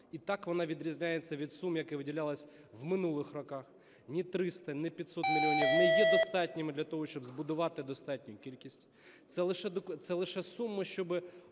і так, вона відрізняється від сум, які виділялися в минулих роках. Ні 300, ні 500 мільйонів не є достатніми для того, щоб збудувати достатню кількість. Це лише суми, щоб